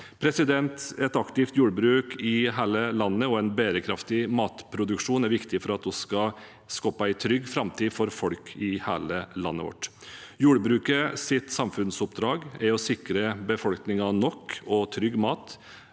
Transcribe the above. vektlagt. Et aktivt jordbruk i hele landet og en bærekraftig matproduksjon er viktig for at vi skal skape en trygg framtid for folk i hele landet vårt. Jordbrukets samfunnsoppdrag er å sikre befolkningen nok og trygg mat